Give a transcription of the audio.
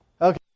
Okay